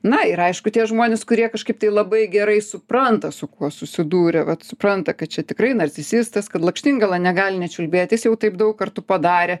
na ir aišku tie žmonės kurie kažkaip tai labai gerai supranta su kuo susidūrė supranta kad čia tikrai narcisistas kad lakštingala negali nečiulbėt jis jau taip daug kartų padarė